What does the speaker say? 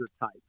type